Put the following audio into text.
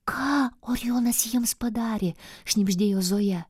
ką orijonas jiems padarė šnibždėjo zoja